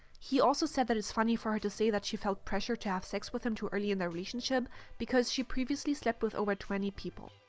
he also said that it's funny for her to say that she felt pressured to have sex with him too early in their relationship because she previously slept with over twenty people.